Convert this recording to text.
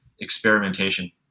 experimentation